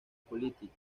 político